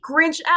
Grinch